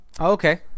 okay